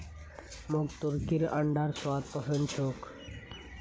मोक तुर्कीर अंडार स्वाद पसंद छोक